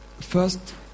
first